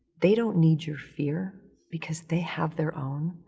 they don't need your fear, because they have their own.